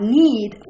need